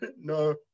No